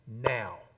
now